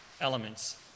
elements